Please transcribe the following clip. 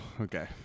Okay